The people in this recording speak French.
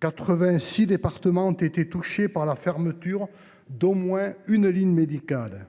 quatre vingt six départements ont été touchés par la fermeture d’au moins une ligne médicale.